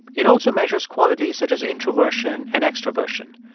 it also measures qualities such as introversion and extroversion.